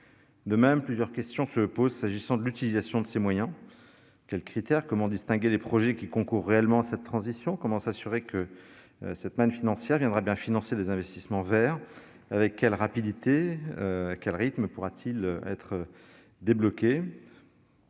De même, plusieurs questions se posent s'agissant de l'utilisation de ces moyens : selon quels critères seront-ils utilisés ? Comment distinguer des projets qui concourent réellement à cette transition ? Comment s'assurer que cette manne financière viendra bien financer des investissements verts ? Et à quel rythme pourra-t-elle être débloquée ?